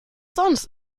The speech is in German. sonst